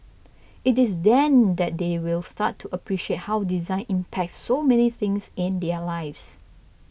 it is then that they will start to appreciate how design impacts so many things in their lives